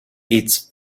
its